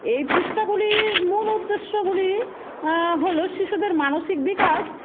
এই পৃষ্ঠাগুলির মূল উদ্দেশ্যগুলি হলো শিশুদের মানসিক বিকাশ